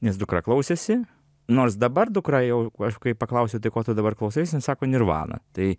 nes dukra klausėsi nors dabar dukra jau aš kai paklausiu tai ko tu dabar klausaisi jin sako nirvana tai